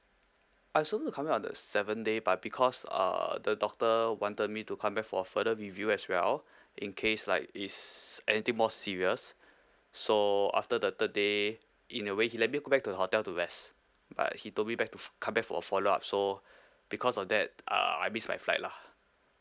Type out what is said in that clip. I supposed to come back on the seventh day but because uh the doctor wanted me to come back for further review as well in case like it's anything more serious so after the third day in a way he let me go back to the hotel to rest but he told me back to come back for a follow up so because of that uh I miss my flight lah